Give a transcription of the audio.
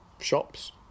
shops